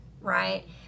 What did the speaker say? right